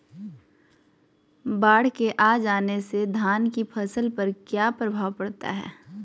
बाढ़ के आ जाने से धान की फसल पर किया प्रभाव पड़ता है?